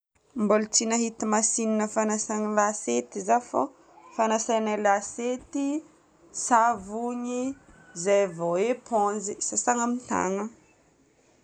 Mbola tsy nahita masinina fagnasana lasety zaho fô fagnasanay lasety savony zay vao éponge, sasana amin'ny tagnana.